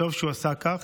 וטוב שהוא עשה כך,